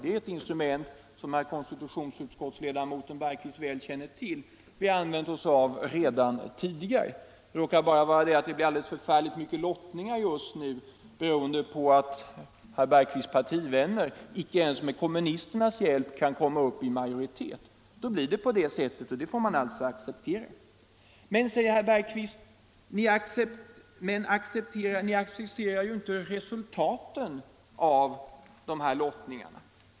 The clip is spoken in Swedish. Den är ett instrument, vilket herr konstitutionsutskottsledamoten Bergqvist väl känner till, som vi använt oss av redan tidigare. Det råkar bara vara så att det blir förfärligt många lottningar just nu, beroende på att herr Bergqvist och hans partivänner icke ens med kommunisternas hjälp har majoritet. Då blir det på det här sättet, och det får man alltså acceptera. Men, säger herr Bergqvist, ni accepterar ju inte resultatet av de här lottningarna.